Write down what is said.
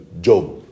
job